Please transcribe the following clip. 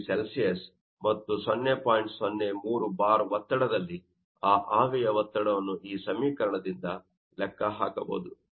03 bar ಒತ್ತಡದಲ್ಲಿ ಆವಿಯ ಒತ್ತಡವನ್ನು ಈ ಸಮೀಕರಣದಿಂದ ಲೆಕ್ಕ ಹಾಕಬಹುದು